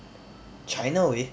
china way